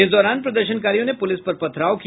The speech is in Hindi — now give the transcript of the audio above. इस दौरान प्रदर्शनकारियों ने पुलिस पर पथराव किया